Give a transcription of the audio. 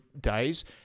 days